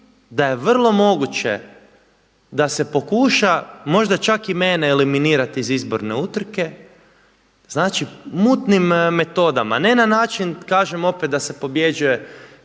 da je vrlo moguće da se pokuša možda čak i mene eliminirati iz izborne utrke. Znači, mutnim metodama. Ne na način, kažem opet, da se pobjeđuje